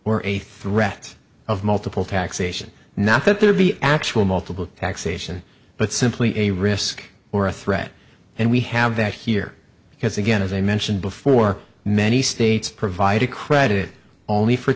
or a threat of multiple taxation not that there be actual multiple taxation but simply a risk or a threat and we have that here because again as i mentioned before many states provide a credit only for